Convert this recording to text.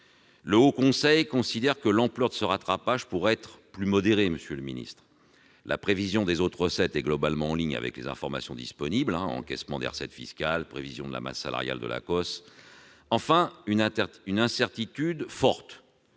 Le Haut Conseil considère que l'ampleur de ce rattrapage pourrait être plus modérée. « La prévision des autres recettes est globalement en ligne avec les informations disponibles- encaissement des recettes fiscales, prévision de masse salariale de l'ACOSS, l'Agence centrale des